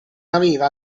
aveva